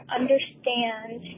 understand